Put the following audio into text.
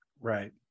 Right